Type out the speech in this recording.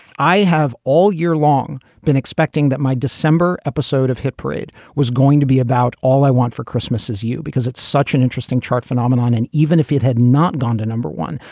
i have all year long been expecting that my december episode of hit parade was going to be about all i want for christmas is you because it's such an interesting chart phenomenon. and even if it had not gone to number one,